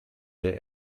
der